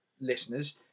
listeners